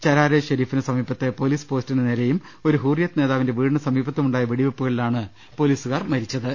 ചരാരെ ശെരീഫിനു സമീപത്തെ പൊലീസ് പോസ്റ്റിനു നേരെയും ഒരു ഹുരിയത്ത് നേതാവിന്റെ വീടിനു സമീ പത്തുമുണ്ടായ വെടിവെപ്പുകളിലാണ് പൊലീസുകാർ മരി ച്ചത്